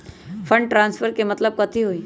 Fund transfer के मतलब कथी होई?